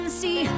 see